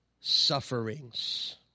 sufferings